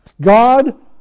God